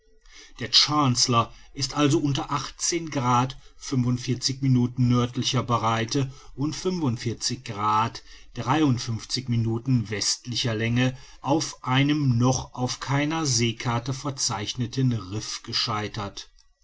der chancellor ist also unter achtzehn grad nördlicher breite und fünfundvierzig grad dreiundfünfzig minuten westlicher länge auf einem noch auf keiner seekarte verzeichneten riffe gescheitert